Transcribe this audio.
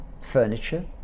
furniture